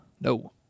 No